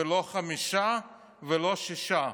לא חמישה ולא שישה,